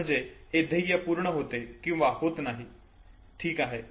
म्हणजे हे ध्येय पूर्ण होते किंवा होत नाही ठीक आहे